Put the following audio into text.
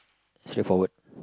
straightforward